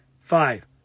five